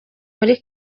muri